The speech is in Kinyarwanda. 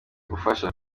gufasha